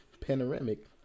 panoramic